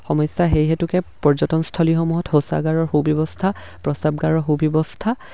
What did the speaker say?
সমস্যা সেইহেতুকে পৰ্যটনস্থলীসমূহত শৌচাগাৰৰ সুব্যৱস্থা প্ৰস্ৰাৱগাৰৰ সুব্যৱস্থা